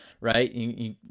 Right